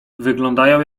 wyglądają